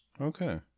Okay